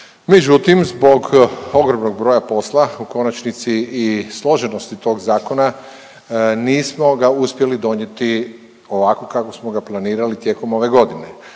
međutim, zbog ogromnog broja posla, u konačnici i složenosti tog Zakona nismo ga uspjeli donijeti ovako kako smo ga planirali tijekom ove godine.